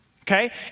okay